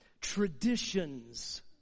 traditions